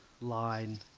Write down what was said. line